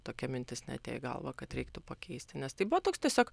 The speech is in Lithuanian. tokia mintis neatėjo į galvą kad reiktų pakeisti nes tai buvo toks tiesiog